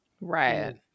Right